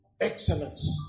Excellence